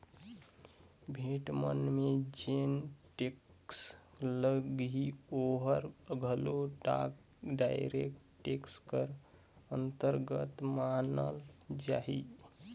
भेंट मन में जेन टेक्स लगही ओहर घलो डायरेक्ट टेक्स कर अंतरगत मानल जाही